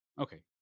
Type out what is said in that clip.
Okay